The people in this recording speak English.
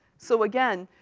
so, again,